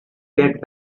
get